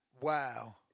Wow